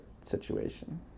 situation